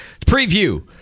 Preview